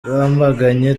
bamaganye